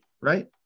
Right